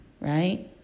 right